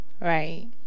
Right